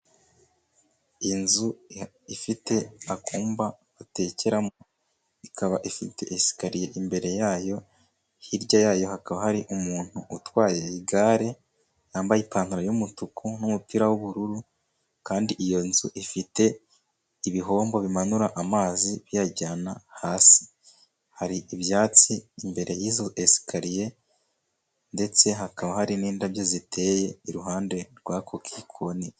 Inzu ifite akumba batekeramo ikaba ifite isikariye imbere yayo, hirya yayo hakaba hari umuntu utwaye igare yambaye ipantaro yumutuku n'umupira w'ubururu, kandi iyo nzu ifite ibihombo bimanura amazi biyajyana hasi, hari ibyatsi imbere y'izo esikariye, ndetse hakaba hari n'indabyo ziteye iruhande rwa ko kikoni.